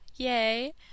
yay